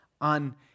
on